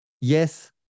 yes